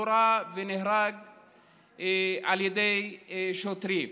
נורה ונהרג על ידי שוטרים.